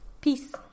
Peace